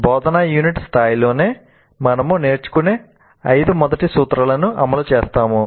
బోధనా యూనిట్ స్థాయిలోనే మనము నేర్చుకునే ఐదు మొదటి సూత్రాలను అమలు చేస్తాము